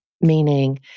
meaning